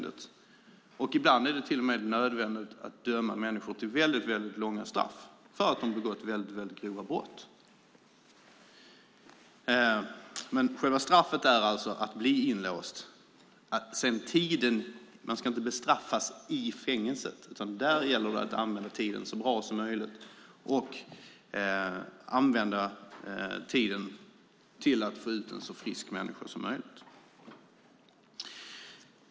Ibland är det till och med nödvändigt att döma människor till mycket långa fängelsestraff för att de begått väldigt grova brott. Men själva straffet är alltså att bli inlåst - man ska inte bestraffas i fängelset, utan där ska tiden användas så bra som möjligt och till att få ut en så frisk människa som möjligt.